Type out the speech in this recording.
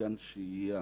כמתקן שהייה